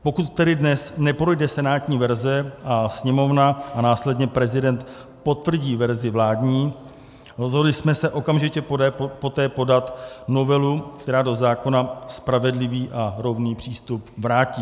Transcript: Pokud tedy dnes neprojde senátní verze a Sněmovna a následně prezident potvrdí verzi vládní, rozhodli jsme se okamžitě poté podat novelu, která do zákona spravedlivý a rovný přístup vrátí.